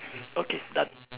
okay done